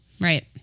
Right